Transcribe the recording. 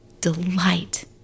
delight